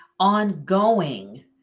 ongoing